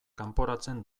kanporatzen